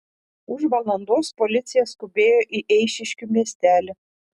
už valandos policija skubėjo į eišiškių miestelį